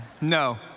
No